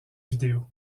vidéo